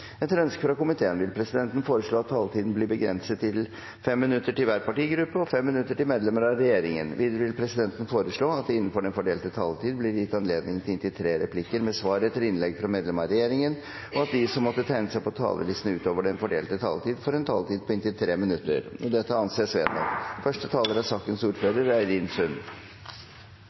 regjeringen. Videre vil presidenten foreslå at det – innenfor den fordelte taletid – blir gitt anledning til inntil tre replikker med svar etter innlegg fra medlemmer av regjeringen, og at de som måtte tegne seg på talerlisten utover den fordelte taletid, får en taletid på inntil 3 minutter. – Det anses vedtatt.